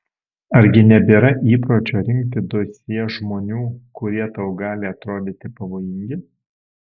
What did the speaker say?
argi nebėra įpročio rinkti dosjė žmonių kurie tau gali atrodyti pavojingi